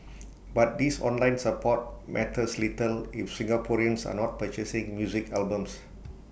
but this online support matters little if Singaporeans are not purchasing music albums